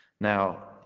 Now